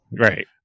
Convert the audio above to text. Right